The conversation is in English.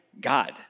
God